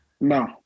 No